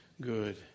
good